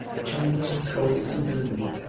the chambers were cold and gloomy,